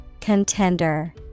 Contender